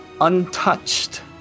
untouched